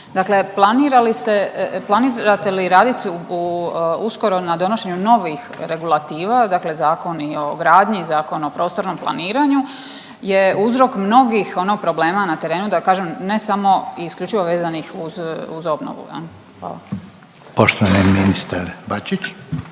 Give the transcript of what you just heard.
li se, planirate li radit uskoro na donošenju novih regulativa dakle zakoni o gradnji, Zakon o prostornom planiranju je uzrok mnogih ono problema na terenu, da kažem ne samo i isključivo vezanih uz obnovu. Hvala. **Reiner, Željko